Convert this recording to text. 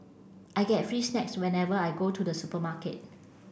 I get free snacks whenever I go to the supermarket